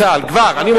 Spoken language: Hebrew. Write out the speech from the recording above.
אני מודיע לכם.